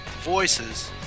voices